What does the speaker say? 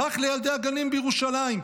רק לילדי הגנים בירושלים.